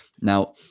Now